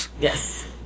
Yes